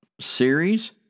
series